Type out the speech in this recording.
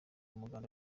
umuganda